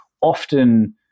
often